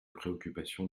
préoccupations